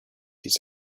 his